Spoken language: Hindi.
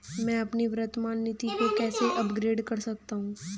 मैं अपनी वर्तमान नीति को कैसे अपग्रेड कर सकता हूँ?